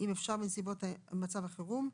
אם אפשר בנסיבות מצב החירום,